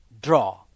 draw